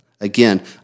Again